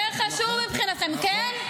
יותר חשוב מבחינתכם, כן?